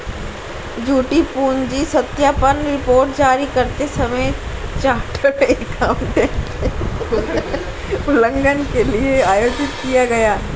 झूठी पूंजी सत्यापन रिपोर्ट जारी करते समय चार्टर्ड एकाउंटेंट उल्लंघन के लिए आयोजित किया गया